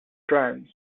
drones